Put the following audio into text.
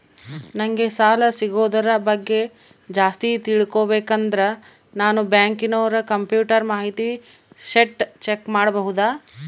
ನಂಗೆ ಸಾಲ ಸಿಗೋದರ ಬಗ್ಗೆ ಜಾಸ್ತಿ ತಿಳಕೋಬೇಕಂದ್ರ ನಾನು ಬ್ಯಾಂಕಿನೋರ ಕಂಪ್ಯೂಟರ್ ಮಾಹಿತಿ ಶೇಟ್ ಚೆಕ್ ಮಾಡಬಹುದಾ?